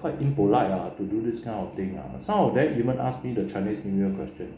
quite impolite lah to do this kind of thing lah some of them even ask me the chinese new year question